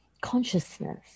consciousness